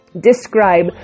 describe